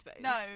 No